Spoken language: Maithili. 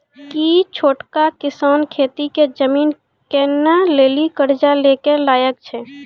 कि छोटका किसान खेती के जमीन किनै लेली कर्जा लै के लायक छै?